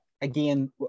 again